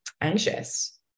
anxious